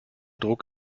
druck